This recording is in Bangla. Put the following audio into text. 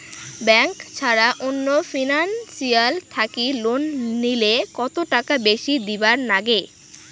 ব্যাংক ছাড়া অন্য ফিনান্সিয়াল থাকি লোন নিলে কতটাকা বেশি দিবার নাগে?